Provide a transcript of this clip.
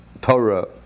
Torah